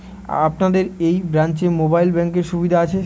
আপনাদের এই ব্রাঞ্চে মোবাইল ব্যাংকের সুবিধে আছে?